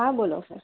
હા બોલો સર